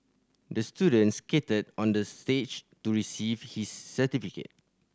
the student skated onto stage to receive his certificate